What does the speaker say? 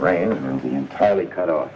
brain entirely cut off